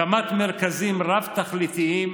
הקמת מרכזים רב-תכליתיים: